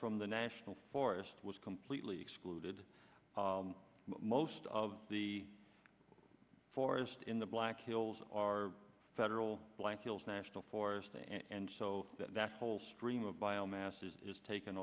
from the national forest was completely excluded most of the forest in the black hills are federal blank hills national forest and so that that whole stream of biomass is taken